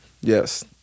Yes